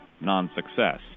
non-success